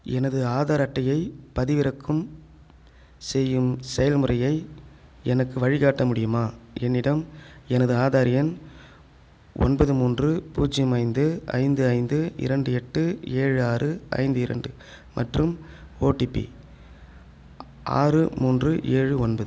எனது ஆதார் அட்டையை பதிவிறக்கும் செய்யும் செயல்முறையை எனக்கு வழிகாட்ட முடியுமா என்னிடம் எனது ஆதார் எண் ஒன்பது மூன்று பூஜ்ஜியம் ஐந்து ஐந்து ஐந்து இரண்டு எட்டு ஏழு ஆறு ஐந்து இரண்டு மற்றும் ஓடிபி ஆறு மூன்று ஏழு ஒன்பது